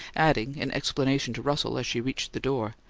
adding in explanation to russell, as she reached the door,